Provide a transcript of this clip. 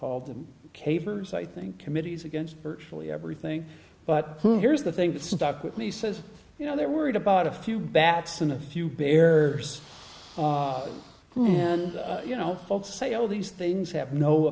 called them cavers i think committees against virtually everything but here's the thing that stuck with me says you know they're worried about a few bats in a few bears and you know i'll say all these things have no